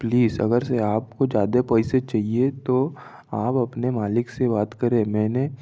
please अगर से आपको ज्यादा पैसे चाहिए तो आप अपने मालिक से बात करें मैंने